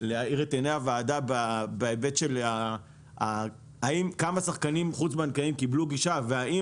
להאיר את עיני הוועדה בהיבט של כמה שחקנים חוץ-בנקאיים קיבלו גישה והאם